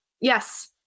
Yes